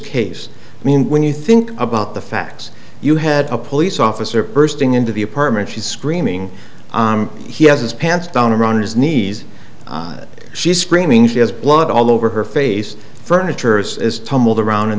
case i mean when you think about the facts you had a police officer bursting into the apartment she's screaming he has his pants down around his knees she's screaming she has blood all over her face furnitures is tumbled around in